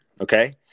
okay